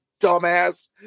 dumbass